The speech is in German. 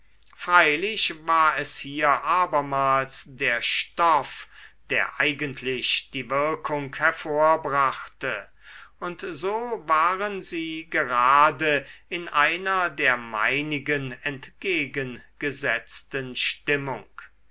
freilich war es hier abermals der stoff der eigentlich die wirkung hervorbrachte und so waren sie gerade in einer der meinigen entgegengesetzten stimmung